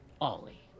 Ollie